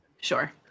sure